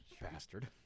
Bastard